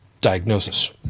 diagnosis